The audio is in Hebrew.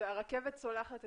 אני ברכבת.